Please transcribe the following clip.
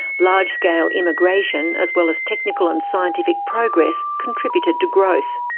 large-scale immigration as well as technical and scientific progress contributed to growth.